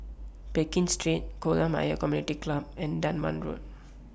Pekin Street Kolam Ayer Community Club and Dunman Road